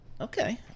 okay